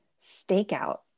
Stakeout